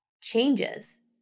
changes